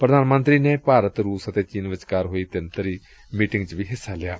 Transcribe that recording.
ਪ੍ਰਧਾਨ ਮੰਤਰੀ ਨੇ ਭਾਰਤ ਰੁਸ ਅਤੇ ਚੀਨ ਵਿਚਕਾਰ ਹੋਈ ਤਿੰਨ ਧਿਰੀ ਮੀਟਿੰਗ ਚ ਵੀ ਹਿੱਸਾ ਲਿਆ